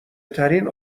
ترین